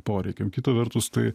poreikiam kita vertus tai